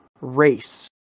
race